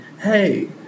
hey